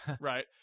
Right